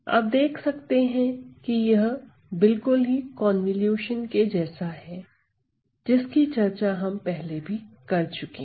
आप देख सकते हैं कि यह बिल्कुल ही कन्वॉल्यूशन के जैसा है जिसकी चर्चा हम पहले भी कर चुके है